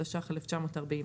התש"ח-1948)